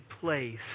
place